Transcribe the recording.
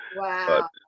Wow